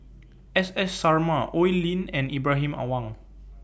S S Sarma Oi Lin and Ibrahim Awang